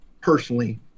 personally